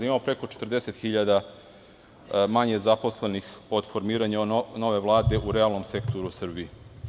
Imamo preko 40 hiljada manje zaposlenih od formiranja nove Vlade u realnom sektoru u Srbiji.